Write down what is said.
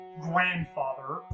grandfather